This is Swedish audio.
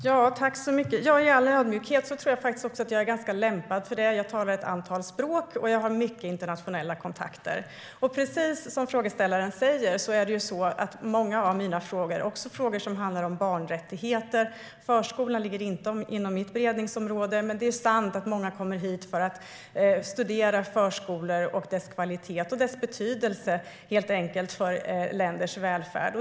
Herr talman! I all ödmjukhet tror jag att jag är ganska lämpad för det. Jag talar ett antal språk, och jag har mycket internationella kontakter. Precis som frågeställaren säger handlar många av mina frågor om barnrättigheter. Förskolan ligger inte inom mitt beredningsområde, men det är sant att många kommer hit för att studera förskolor och deras kvalitet och betydelse för länders välfärd.